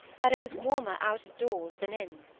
that it was warmer out of doors than in,